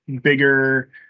bigger